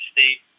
State